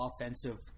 offensive –